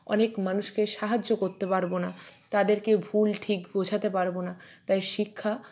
অনেক মানুষকে সাহায্য করতে পারবো না তাদেরকে ভুল ঠিক বোঝাতে পারবো না তাই শিক্ষা